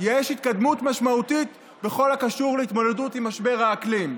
יש התקדמות משמעותית בכל הקשור להתמודדות עם משבר האקלים.